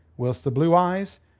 whilst the blue eyes,